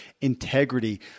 integrity